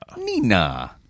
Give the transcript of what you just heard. Nina